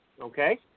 okay